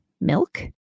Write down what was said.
milk